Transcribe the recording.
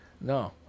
no